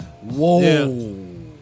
Whoa